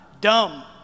Dumb